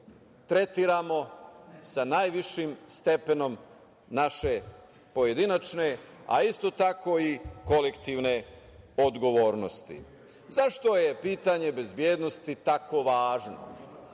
tretiramo sa najvišim stepenom naše pojedinačne, a isto tako i kolektivne odgovornosti.Zašto je pitanje bezbednosti tako važno?